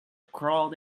crawled